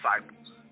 disciples